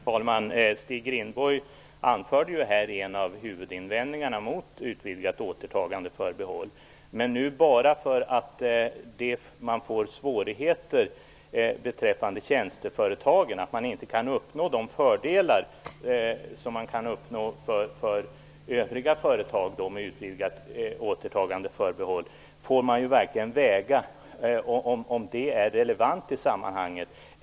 Herr talman! Stig Rindborg anförde en av huvudinvändningarna mot ett utvidgat återtagandeförbehåll. Det blir svårigheter beträffande tjänsteföretagen. Det går inte att med ett utvidgat återtagandeförbehåll uppnå de fördelar som kan uppnås för övriga företag. Men man får ju överväga om det är relevant i sammanhanget.